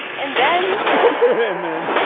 and then and then.